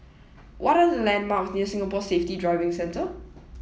what are the landmarks near Singapore Safety Driving Centre